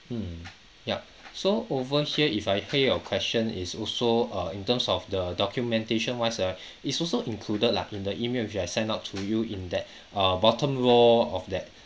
mm ya so over here if I pay your question is also err in terms of the documentation wise uh it's also included lah in the email which I sent out to you in that err a bottom row of that